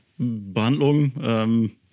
behandlung